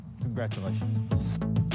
Congratulations